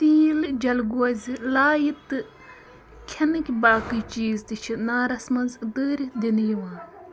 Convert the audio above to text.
تیٖلہٕ جلگوزٕ لایہِ تہٕ کھیٚنٕکۍ باقٕے چیٖز تہِ چھِ نارس منٛز دٲرِتھ دِنہٕ یِوان